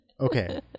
Okay